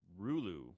Rulu